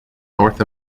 north